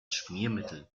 schmiermittel